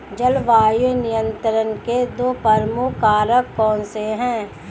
जलवायु नियंत्रण के दो प्रमुख कारक कौन से हैं?